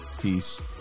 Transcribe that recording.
peace